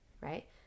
right